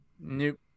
nope